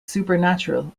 supernatural